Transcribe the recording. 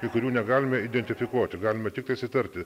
kai kurių negalime identifikuoti galime tiktais įtarti